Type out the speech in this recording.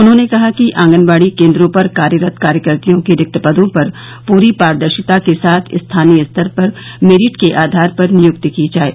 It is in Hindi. उन्होंने कहा कि आंगनबाड़ी केन्द्रों पर कार्यरत कार्यकत्रियों के रिक्त पदों पर पूरी पारदर्शिता के साथ स्थानीय स्तर पर मैरिट के आधार पर नियक्ति की जाये